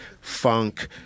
funk